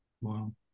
Wow